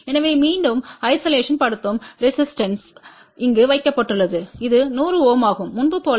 எனவே மீண்டும் ஐசோலேஷன்ப்படுத்தும் ரெசிஸ்டன்ஸ்பு இங்கு வைக்கப்பட்டுள்ளது இது 100 Ω ஆகும் முன்பு போல